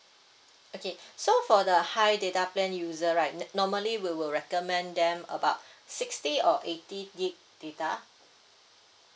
okay so for the high data plan user right normally we will recommend them about sixty or eighty gig data